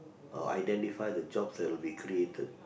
uh identify the jobs that would be created